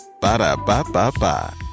Ba-da-ba-ba-ba